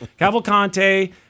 Cavalcante